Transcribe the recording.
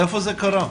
איפה זה קרה?